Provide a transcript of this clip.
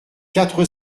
quatre